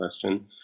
question